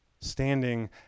standing